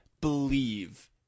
believe